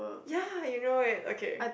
ya you know it okay